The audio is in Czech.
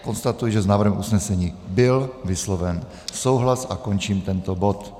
Konstatuji, že s návrhem usnesení byl vysloven souhlas, a končím tento bod.